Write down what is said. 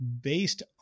based